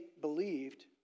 believed